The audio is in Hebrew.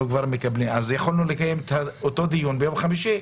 אז יכולנו לקיים את אותו דיון ביום חמישי.